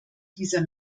dieser